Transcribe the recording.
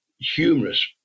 humorous